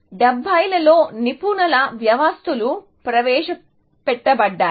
70 లలో నిపుణుల వ్యవస్థలు ప్రవేశపెట్టబడ్డాయి